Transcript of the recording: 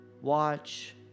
watch